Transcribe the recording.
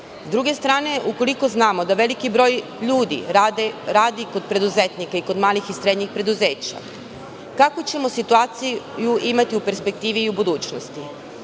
S druge strane, ukoliko znamo da veliki broj ljudi radi kod preduzetnika i kod malih i srednjih preduzeća, kakvu ćemo situaciju imati u perspektivi u budućnosti?